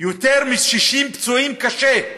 יותר מ-60 פצועים קשה.